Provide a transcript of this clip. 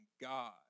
God